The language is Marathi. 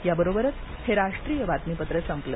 याबरोबरच हे राष्ट्रीय बातमीपत्र संपलं